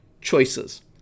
choices